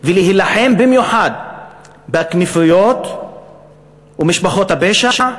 ולהילחם במיוחד בכנופיות ומשפחות הפשע,